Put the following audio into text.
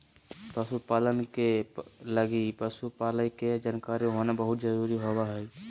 पशु पालन के लगी पशु पालय के जानकारी होना बहुत जरूरी होबा हइ